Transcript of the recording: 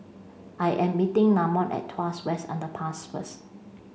I am meeting Namon at Tuas West Underpass first